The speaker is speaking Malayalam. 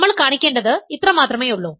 നമ്മൾ കാണിക്കേണ്ടത് ഇത്രമാത്രമേ ഉള്ളൂ